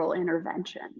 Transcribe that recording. intervention